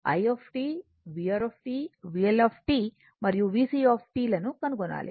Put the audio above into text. కాబట్టి మీరు i vR VL మరియు VC లను కనుగొనాలి